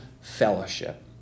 fellowship